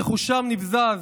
רכושם נבזז,